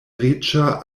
riĉa